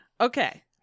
Okay